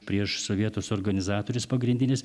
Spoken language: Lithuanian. prieš sovietus organizatorius pagrindinis